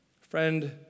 Friend